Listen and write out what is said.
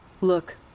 Look